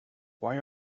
why